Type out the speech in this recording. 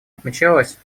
отмечалось